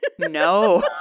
no